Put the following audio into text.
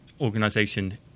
organization